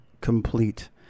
complete